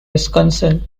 wisconsin